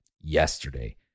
yesterday